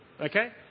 okay